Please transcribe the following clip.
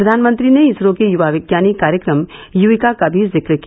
प्रधानमंत्री ने इसरो के युवा विज्ञानी कार्यक्रम युविका का भी जिक्र किया